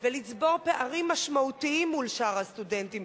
ולצבור פערים משמעותיים מול שאר הסטודנטים,